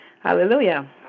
Hallelujah